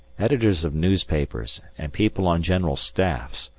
editors of newspapers and people on general staffs,